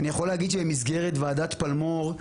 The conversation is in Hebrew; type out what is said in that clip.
אני יכול להגיד שבמסגרת ועדת פלמור,